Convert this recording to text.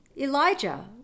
Elijah